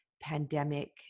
pandemic